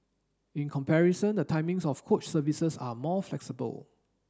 in comparison the timings of coach services are more flexible